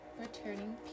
returning